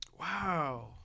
Wow